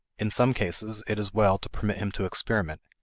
in some cases, it is well to permit him to experiment,